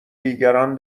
دیگران